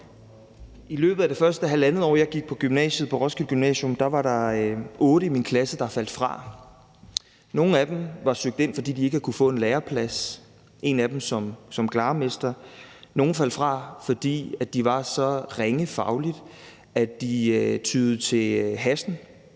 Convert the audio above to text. I løbet af det første halvandet år, jeg gik på Roskilde Gymnasium, var der otte i min klasse, der faldt fra. Nogle af dem var søgt ind, fordi de ikke havde kunnet få en læreplads – en af dem som glarmester – og andre faldt fra, fordi de var så fagligt ringe, at de tyede til hash,